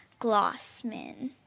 Glossman